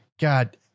God